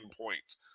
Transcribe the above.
points